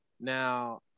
Now